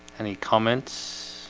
any comments?